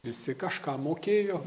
visi kažką mokėjo